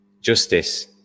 justice